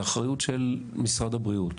שזה אחריות של משרד הבריאות.